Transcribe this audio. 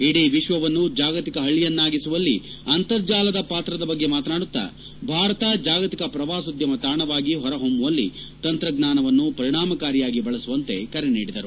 ಇಡೀ ವಿಶ್ವವನ್ನು ಜಾಗತಿಕ ಹಳ್ಳಿಯಾಗಿಸುವಲ್ಲಿನ ಅಂತರ್ಜಾಲ ಪಾತ್ರದ ಬಗ್ಗೆ ಮಾತನಾಡುತ್ತಾ ಭಾರತ ಜಾಗತಿಕ ಪ್ರವಾಸೋದ್ಯಮ ತಾಣವಾಗಿ ಹೊರಹೊಮ್ಬುವಲ್ಲಿ ತಂತ್ರಜ್ಙಾನವನ್ನು ಪರಿಣಾಮಕಾರಿಯಾಗಿ ಬಳಸುವಂತೆ ಕರೆ ನೀಡಿದರು